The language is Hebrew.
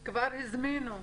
הזמינו.